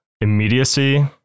immediacy